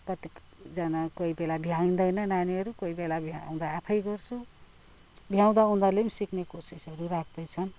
कति कतिजना कोही बेला भ्याइँदैन नानीहरू कही बेला भ्याउँदा आफै गर्छ भ्याउँदा उनीहरूले पनि सिक्ने कोसिसहरू राख्दैछन्